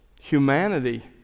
humanity